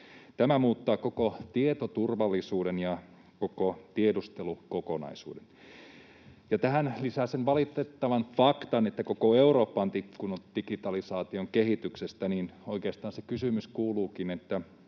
Tämä muuttaa koko tietoturvallisuuden ja koko tiedustelukokonaisuuden. Ja kun tähän lisään sen valitettavan faktan, että koko Eurooppa on tippunut digitalisaation kehityksestä, niin oikeastaan kysymys kuuluukin: